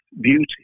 beauty